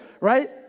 right